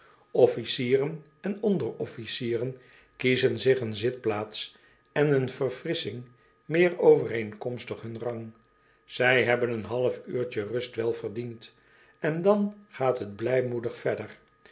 officieren en onderofficieren kiezen zich een zitplaats en een verfrissching meer overeenkomstig hun rang zij hebben een half uurtje rust wel verdiend en dan gaat het blijmoedig verder